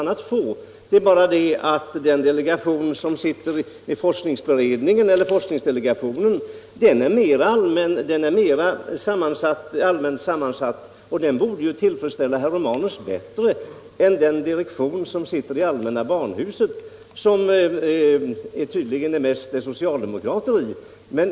Det kommer han också att få; skillnaden är bara den att forskningsdelegationen är mera allmänt sammansatt och därför väl borde tillfredsställa herr Romanus bättre än den direktion som finns i allmänna barnhuset och som tydligen mest består av socialdemokrater.